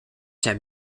him